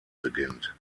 beginnt